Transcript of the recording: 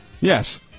Yes